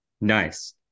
Nice